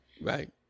Right